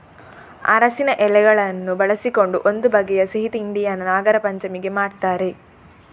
ಅರಸಿನ ಎಲೆಗಳನ್ನು ಬಳಸಿಕೊಂಡು ಒಂದು ಬಗೆಯ ಸಿಹಿ ತಿಂಡಿಯನ್ನ ನಾಗರಪಂಚಮಿಗೆ ಮಾಡ್ತಾರೆ